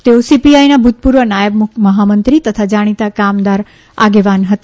તેઓ સીપીઆઇના ભુતપુર્વ નાયબ મહામંત્રી તથા જાણીતા કામદાર આગેવાન હતા